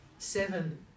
Seven